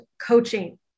coaching